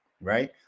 right